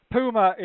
Puma